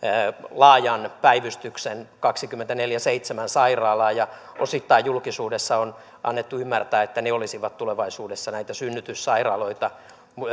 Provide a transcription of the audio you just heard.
laajan päivystyksen kaksikymmentäneljä kautta seitsemän sairaalaa ja osittain julkisuudessa on annettu ymmärtää että ne olisivat tulevaisuudessa näitä synnytyssairaaloita